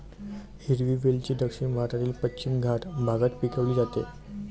हिरवी वेलची दक्षिण भारतातील पश्चिम घाट भागात पिकवली जाते